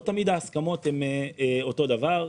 לא תמיד ההסכמות הן אותו דבר.